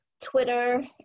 Twitter